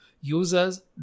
Users